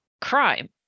crime